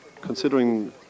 considering